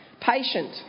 Patient